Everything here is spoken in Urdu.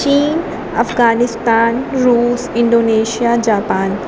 چین افغانستان روس انڈونیشیا جاپان